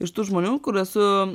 iš tų žmonių kur esu